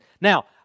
Now